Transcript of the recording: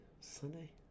Sunday